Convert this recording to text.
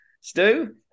Stu